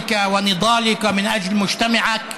מאבקך ופועלך למען החברה שלך.